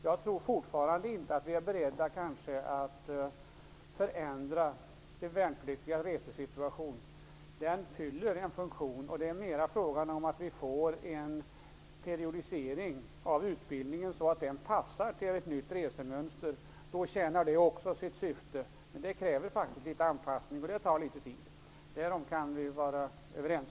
Jag tror fortfarande att vi inte är beredda att förändra de värnpliktigas resesituation. Den fyller en funktion. Det är mer fråga om att vi får en periodisering av utbildningen så att den passar till ett nytt resemönster. Då tjänar den sitt syfte. Men det kräver faktiskt en anpassning, och det tar litet tid. Därom kan vi vara överens.